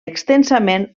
extensament